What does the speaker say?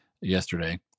yesterday